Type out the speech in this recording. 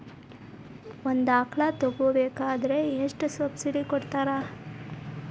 ಒಂದು ಆಕಳ ತಗೋಬೇಕಾದ್ರೆ ಎಷ್ಟು ಸಬ್ಸಿಡಿ ಕೊಡ್ತಾರ್?